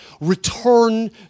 return